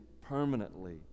permanently